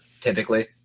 typically